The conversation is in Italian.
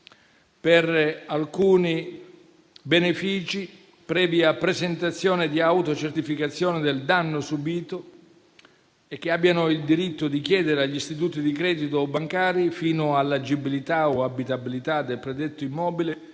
per alcuni benefici previa presentazione di autocertificazione del danno subito e che abbiano il diritto di chiedere agli istituti di credito bancari, fino all'agibilità o abitabilità del predetto immobile